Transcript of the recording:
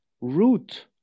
root